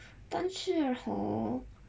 但是 hor